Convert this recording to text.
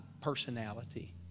personality